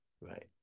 right